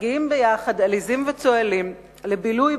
מגיעים ביחד עליזים וצוהלים לבילוי,